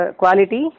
quality